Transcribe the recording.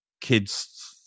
kids